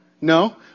No